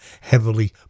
heavily